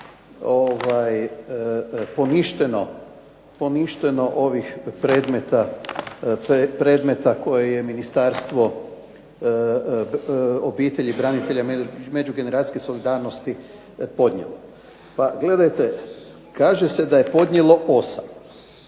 poništeno ovih predmeta koje je Ministarstvo obitelji, branitelja i međugeneracijske solidarnosti podnijelo. Pa gledajte, kaže se da je podnijelo 8,